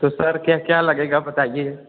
तो सर क्या क्या लगेगा बताइए